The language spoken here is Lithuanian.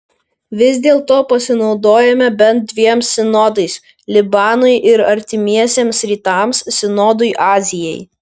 vis dėlto pasinaudojome bent dviem sinodais libanui ir artimiesiems rytams sinodui azijai